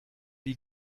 wie